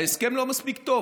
ההסכם לא מספיק טוב,